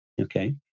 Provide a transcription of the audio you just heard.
okay